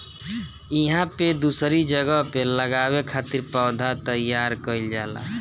इहां पे दूसरी जगह पे लगावे खातिर पौधा तईयार कईल जाला